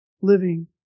living